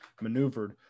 maneuvered